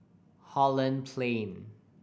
Holland Plain